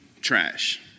trash